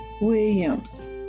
Williams